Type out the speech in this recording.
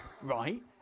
Right